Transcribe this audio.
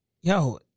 yo